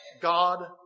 God